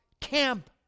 camp